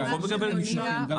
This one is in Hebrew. אתם יכולים לקבל מידע?